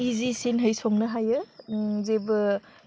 इजिसिनहै संनो हायो जेबो